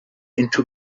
into